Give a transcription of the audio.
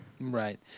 Right